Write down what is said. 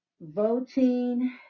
voting